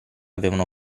avevano